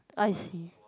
I see